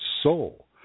soul